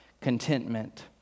contentment